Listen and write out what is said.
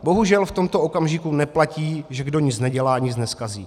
Bohužel v tomto okamžiku neplatí, že kdo nic nedělá, nic nezkazí.